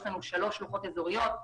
יש שלוש שלוחות אזוריות: